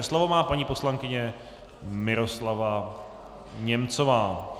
Slovo má paní poslankyně Miroslava Němcová.